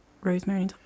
Rosemary